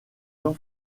jean